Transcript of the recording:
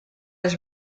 his